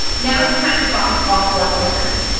now it's time to box all four corners.